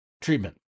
treatment